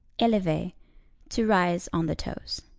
elever to rise on the toes.